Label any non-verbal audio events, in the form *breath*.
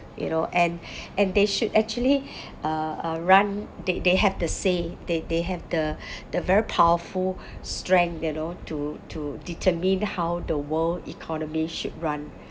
you know and *breath* and they should actually *breath* uh uh run they they have the say they they have the *breath* the very powerful *breath* strength you know to to determine how the world economy should run